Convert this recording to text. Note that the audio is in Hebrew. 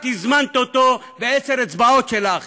אז הזמנת אותו בעשר אצבעות שלך.